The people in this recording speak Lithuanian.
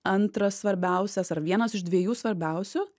antras svarbiausias ar vienas iš dviejų svarbiausių